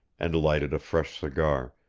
and lighted a fresh cigar,